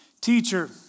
teacher